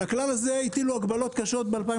על הכלל הזה הטילו הגבלות קשות ב-2015,